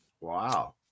Wow